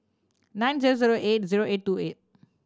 nine zero zero eight zero eight two eight